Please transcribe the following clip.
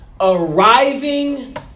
arriving